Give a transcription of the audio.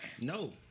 No